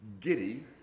giddy